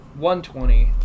120